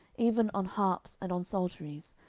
even on harps, and on psalteries,